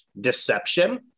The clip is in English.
deception